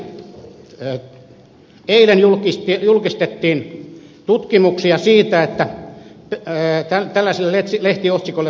lisäksi eilen julkistettiin tutkimuksia jotka tänään ilmestyivät tällaisilla lehtiotsikoilla